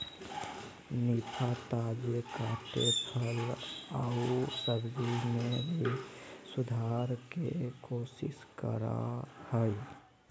निफा, ताजे कटे फल आऊ सब्जी में भी सुधार के कोशिश करा हइ